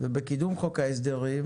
ובקידום חוק ההסדרים